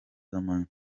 z’amanywa